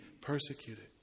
persecuted